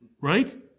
right